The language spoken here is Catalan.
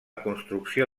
construcció